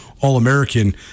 All-American